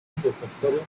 repertorio